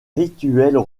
rituels